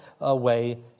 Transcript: away